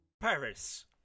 Paris